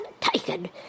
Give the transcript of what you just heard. taken